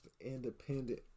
independent